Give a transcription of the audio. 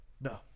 No